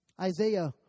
Isaiah